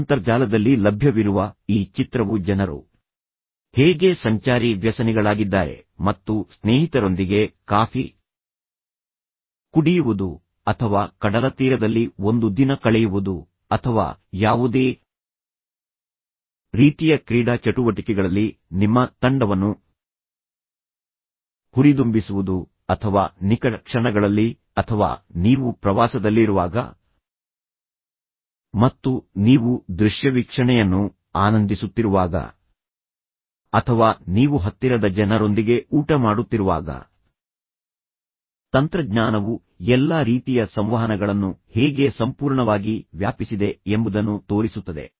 ಈಗ ಅಂತರ್ಜಾಲದಲ್ಲಿ ಲಭ್ಯವಿರುವ ಈ ಚಿತ್ರವು ಜನರು ಹೇಗೆ ಸಂಚಾರಿ ವ್ಯಸನಿಗಳಾಗಿದ್ದಾರೆ ಮತ್ತು ಸ್ನೇಹಿತರೊಂದಿಗೆ ಕಾಫಿ ಕುಡಿಯುವುದು ಅಥವಾ ಕಡಲತೀರದಲ್ಲಿ ಒಂದು ದಿನ ಕಳೆಯುವುದು ಅಥವಾ ಯಾವುದೇ ರೀತಿಯ ಕ್ರೀಡಾ ಚಟುವಟಿಕೆಗಳಲ್ಲಿ ನಿಮ್ಮ ತಂಡವನ್ನು ಹುರಿದುಂಬಿಸುವುದು ಅಥವಾ ನಿಕಟ ಕ್ಷಣಗಳಲ್ಲಿ ಅಥವಾ ನೀವು ಪ್ರವಾಸದಲ್ಲಿರುವಾಗ ಮತ್ತು ನೀವು ದೃಶ್ಯವೀಕ್ಷಣೆಯನ್ನು ಆನಂದಿಸುತ್ತಿರುವಾಗ ಅಥವಾ ನೀವು ಹತ್ತಿರದ ಜನರೊಂದಿಗೆ ಊಟ ಮಾಡುತ್ತಿರುವಾಗ ತಂತ್ರಜ್ಞಾನವು ಎಲ್ಲಾ ರೀತಿಯ ಸಂವಹನಗಳನ್ನು ಹೇಗೆ ಸಂಪೂರ್ಣವಾಗಿ ವ್ಯಾಪಿಸಿದೆ ಎಂಬುದನ್ನು ತೋರಿಸುತ್ತದೆ